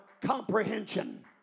comprehension